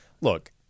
look